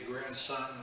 grandson